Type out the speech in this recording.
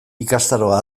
ikastaroa